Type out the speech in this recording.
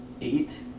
eight